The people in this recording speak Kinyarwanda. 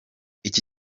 iki